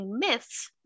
myths